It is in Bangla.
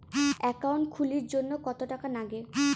একাউন্ট খুলির জন্যে কত টাকা নাগে?